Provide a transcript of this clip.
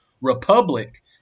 republic